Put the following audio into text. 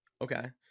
Okay